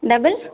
double